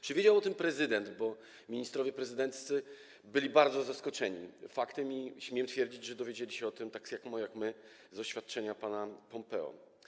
Czy wiedział o tym prezydent, bo ministrowie prezydenccy byli bardzo zaskoczeni tym faktem i śmiem twierdzić, że dowiedzieli się o tym tak samo jak my - z oświadczenia pana Pompeo.